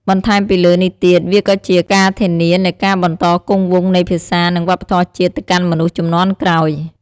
បន្ថែមពីលើនេះទៀត វាក៏ជាការធានានូវការបន្តគង់វង្សនៃភាសា និងវប្បធម៌ជាតិទៅកាន់មនុស្សជំនាន់ក្រោយ។